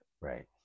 Right